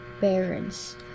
parents